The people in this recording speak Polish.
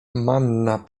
manna